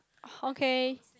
okay